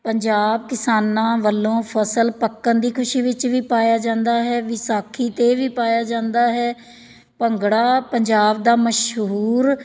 ਪੰਜਾਬ ਕਿਸਾਨਾਂ ਵੱਲੋਂ ਫ਼ਸਲ ਪੱਕਣ ਦੀ ਖੁਸ਼ੀ ਵਿੱਚ ਵੀ ਪਾਇਆ ਜਾਂਦਾ ਹੈ ਵਿਸਾਖੀ 'ਤੇ ਵੀ ਪਾਇਆ ਜਾਂਦਾ ਹੈ ਭੰਗੜਾ ਪੰਜਾਬ ਦਾ ਮਸ਼ਹੂਰ